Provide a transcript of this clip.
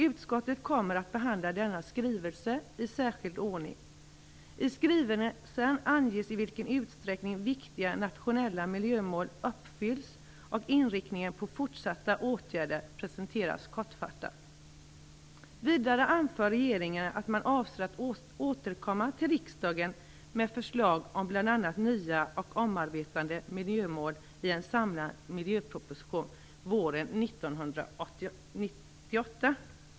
Utskottet kommer att behandla denna skrivelse i särskild ordning. I skrivelsen anges i vilken utsträckning viktiga nationella miljömål uppfylls, och inriktningen på fortsatta åtgärder presenteras kortfattat. Vidare anför regeringen att man avser att återkomma till riksdagen med förslag om bl.a. nya och omarbetade miljömål i en samlad miljöproposition våren 1998.